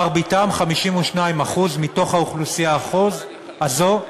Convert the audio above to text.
מרביתם, 52% מתוך האוכלוסייה הזו,